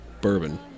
bourbon